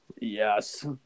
Yes